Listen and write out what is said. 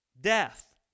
Death